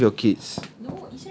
then don't give your kids